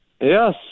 Yes